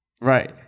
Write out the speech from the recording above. Right